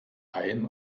ein